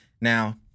Now